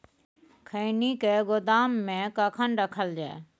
खैनी के गोदाम में कखन रखल जाय?